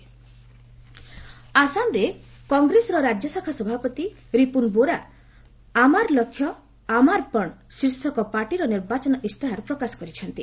Assam Congress manifesto ଆସାମରେ କଂଗ୍ରେସର ରାଜ୍ୟଶାଖା ସଭାପତି ରିପୁନ ବୋରା 'ଆମାର ଲକ୍ଷ୍ୟ ଆମାର ପଣ୍' ଶୀର୍ଷକ ପାର୍ଟିର ନିର୍ବାଚନ ଇସ୍ତାହାର ପ୍ରକାଶ କରିଛନ୍ତି